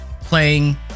playing